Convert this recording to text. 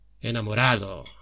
enamorado